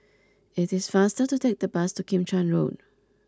it is faster to take the bus to Kim Chuan Road